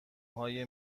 های